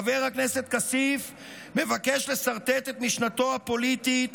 "חבר הכנסת כסיף מבקש לסרטט את משנתו הפוליטית,